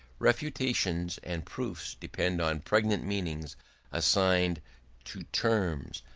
refutations and proofs depend on pregnant meanings assigned to terms,